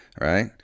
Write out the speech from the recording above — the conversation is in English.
right